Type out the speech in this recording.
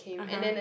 uh !huh!